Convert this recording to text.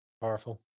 powerful